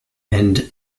and